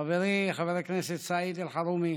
חברי חבר הכנסת סעיד אלחרומי,